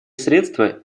средства